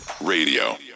Radio